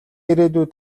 ирээдүй